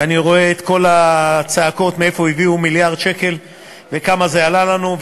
ואני רואה את כל הצעקות: מאיפה הביאו מיליארד שקל וכמה זה עלה לנו,